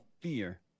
fear